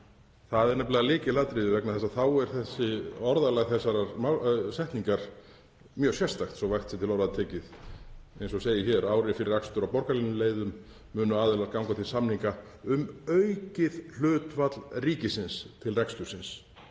Það er nefnilega lykilatriði vegna þess að þá er orðalag þessarar setningar mjög sérstakt, svo að vægt sé til orða tekið. Eins og segir hér: Ári fyrir akstur á borgarlínuleiðum munu aðilar ganga til samninga um aukið hlutfall ríkisins til rekstursins.